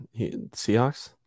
Seahawks